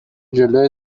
جلوی